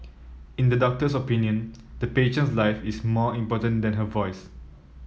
in the doctor's opinion the patient's life is more important than her voice